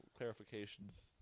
clarifications